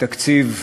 בתקציב המדינה,